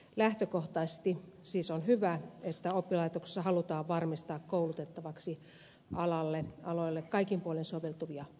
lähtökohtaisesti siis on hyvä että oppilaitoksissa halutaan varmistaa koulutettavaksi aloille kaikin puolin soveltuvia henkilöitä